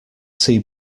see